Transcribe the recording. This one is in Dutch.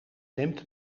dempt